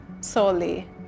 solely